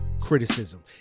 criticism